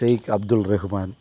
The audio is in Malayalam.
ഷെയ്ഖ് അബ്ദുൽ റഹ്മാൻ